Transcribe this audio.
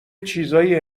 چیزهایی